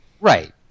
Right